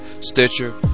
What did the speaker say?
Stitcher